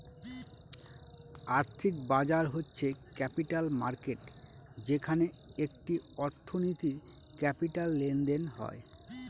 আর্থিক বাজার হচ্ছে ক্যাপিটাল মার্কেট যেখানে একটি অর্থনীতির ক্যাপিটাল লেনদেন হয়